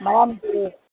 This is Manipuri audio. ꯃꯔꯝꯗꯤ